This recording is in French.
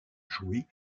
jouer